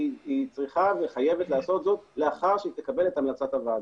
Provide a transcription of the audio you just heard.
היא צריכה וחייבת לעשות זאת לאחר שתקבל את המלצת הוועדה.